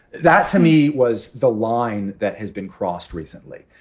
that, to me, was the line that has been crossed recently,